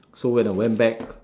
so when I went back